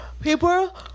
People